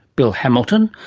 bill hamilton,